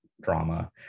drama